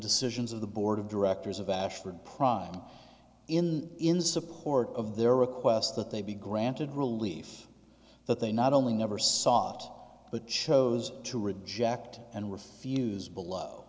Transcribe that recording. decisions of the board of directors of ashford prime in in support of their request that they be granted relief that they not only never sought but chose to reject and refuse below